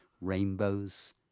rainbows